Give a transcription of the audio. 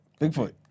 Bigfoot